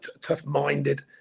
tough-minded